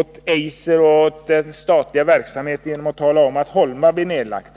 åt Eiser och den statliga verksamheten genom att tala om att Holma har nedlagts.